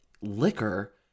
liquor